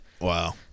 wow